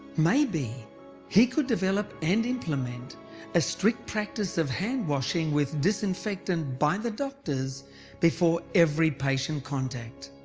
maybe he could develop and implement a strict practise of hand washing with disinfectant by the doctors before every patient contact.